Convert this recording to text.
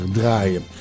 draaien